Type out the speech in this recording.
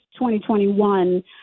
2021